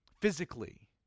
physically